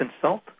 consult